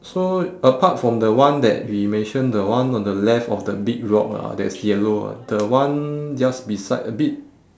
so apart from the one that we mention the one on the left of the big rock ah that is yellow ah the one just beside a bit